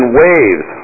waves